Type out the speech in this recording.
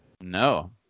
No